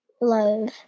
love